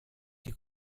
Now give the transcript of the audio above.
die